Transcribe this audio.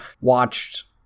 Watched